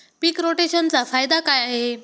पीक रोटेशनचा फायदा काय आहे?